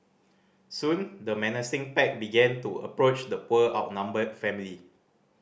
soon the menacing pack began to approach the poor outnumbered family